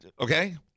okay